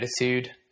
attitude